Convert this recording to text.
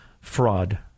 fraud